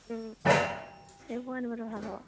সেইবোৰ আনিবলৈ ভাল হ'ব